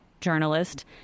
journalist